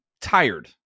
tired